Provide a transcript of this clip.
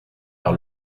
par